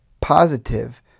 positive